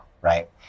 right